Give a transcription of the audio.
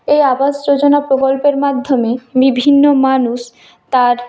এই আবাস যোজনা প্রকল্পের মাধ্যমে বিভিন্ন মানুষ তার